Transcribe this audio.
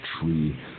tree